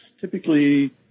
typically